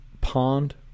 pond